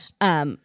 Yes